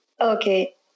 okay